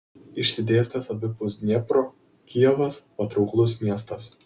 išsidėstęs abipus dniepro kijevas patrauklus miestas